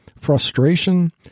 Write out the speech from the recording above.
frustration